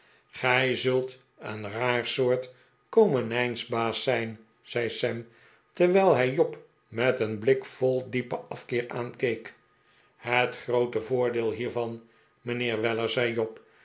gij zult een raar soort komenijsbaas zijn zei sam terwijl hij job met een blik vol dieperi afkeer aankeek het groote voordeel hiervan mijnheer weller zei job